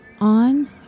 on